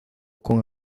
con